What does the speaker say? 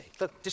Look